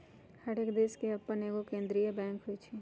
हरेक देश के अप्पन एगो केंद्रीय बैंक होइ छइ